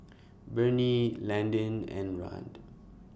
Bernie Landyn and Rand